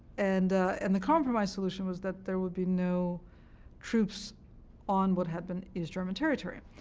and and the compromise solution was that there would be no troops on what had been east german territory.